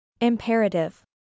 Imperative